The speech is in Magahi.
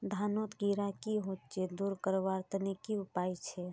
धानोत कीड़ा की होचे दूर करवार तने की उपाय छे?